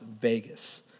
Vegas